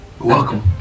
Welcome